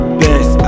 best